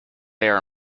air